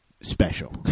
special